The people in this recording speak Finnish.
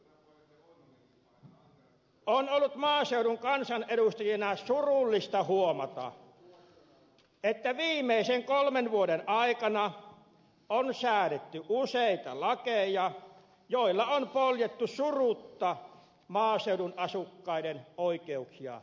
on ollut maaseudun kansanedustajana surullista huomata että viimeisen kolmen vuoden aikana on säädetty useita lakeja joilla on poljettu surutta maaseudun asukkaiden oikeuksia ja etuja